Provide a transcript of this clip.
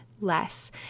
less